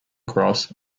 cross